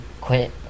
quit